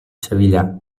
sevillà